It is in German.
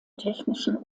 technischen